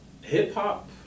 Hip-hop